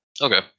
Okay